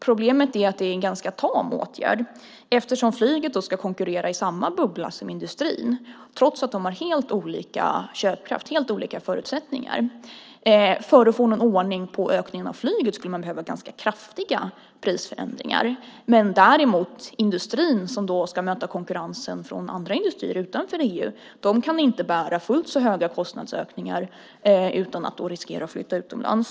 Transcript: Problemet är att det är en ganska tam åtgärd eftersom flyget då ska konkurrera i samma bubbla som industrin trots att de har helt olika köpkraft, helt olika förutsättningar. För att få ordning på ökningen av flyget skulle man behöva ganska kraftiga prisförändringar. Däremot kan inte industrin, som ska möta konkurrensen från andra industrier utanför EU, bära fullt så höga kostnadsökningar utan att riskera att flytta utomlands.